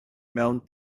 mewn